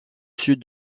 sud